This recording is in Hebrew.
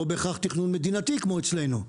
לא בהכרח תכנון מדינתי כמו אצלנו,